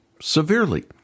severely